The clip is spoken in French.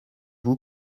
vous